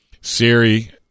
Siri